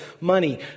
money